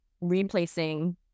replacing